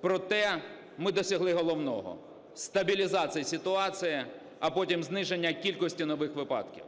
Проте ми досягли головного – стабілізація ситуації, а потім зниження кількості нових випадків.